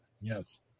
Yes